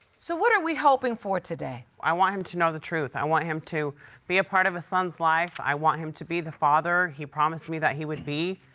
so, what are we hoping for today? i want him to know the truth. i want him to be a part of his son's life. i want him to be the father he promised me that he would be.